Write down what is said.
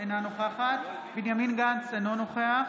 אינה נוכחת בנימין גנץ, אינו נוכח